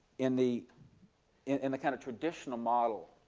in the in the kind of traditional model,